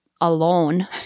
Alone